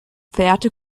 verehrte